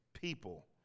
people